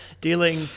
dealing